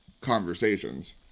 conversations